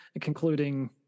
concluding